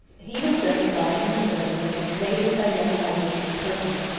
he was justified in asserting that the state was identified with his person.